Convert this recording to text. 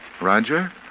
Roger